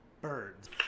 Birds